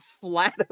flat